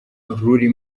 ruri